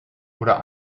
oder